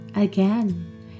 Again